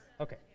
okay